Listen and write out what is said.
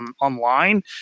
online